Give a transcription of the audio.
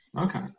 Okay